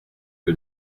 que